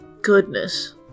goodness